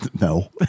no